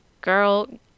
girl